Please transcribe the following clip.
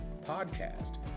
podcast